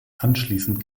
anschließend